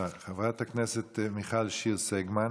בבקשה, חברת הכנסת מיכל שיר סגמן.